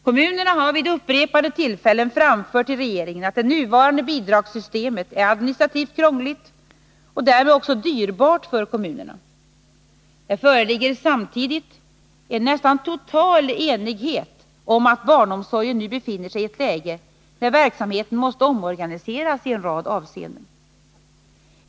Kommunerna har vid upprepade tillfällen framfört till regeringen att det nuvarande bidragssystemet är administrativt krångligt och därmed också dyrbart för kommunerna. Det föreligger samtidigt en nästan total enighet om att barnomsorgen nu befinner sig i ett läge där verksamheten måste omorganiseras i en rad avseenden.